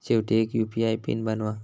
शेवटी एक UPI PIN बनवा